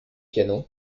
piano